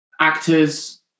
actors